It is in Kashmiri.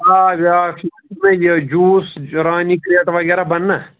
آ بِیٛاکھ چیٖز چھُ یہِ جوٗس رانی کرٛیٚڈٕ وَغیٚرَہ بَنہٕ نا